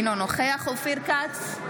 אינו נוכח אופיר כץ,